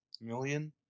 million